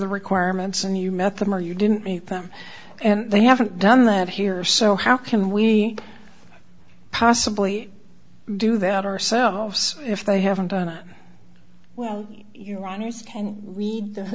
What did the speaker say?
the requirements and you met them or you didn't meet them and they haven't done that here so how can we possibly do that ourselves if they haven't done well you